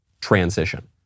transition